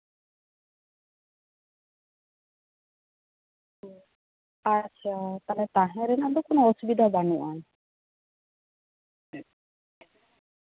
ᱟᱪᱪᱷᱟ ᱛᱟᱞᱦᱮ ᱛᱟᱸᱦᱮ ᱨᱮᱱᱟᱜ ᱫᱚ ᱠᱚᱱᱳ ᱚᱥᱩᱵᱤᱫᱟ ᱵᱟᱹᱱᱩᱜ ᱟᱱ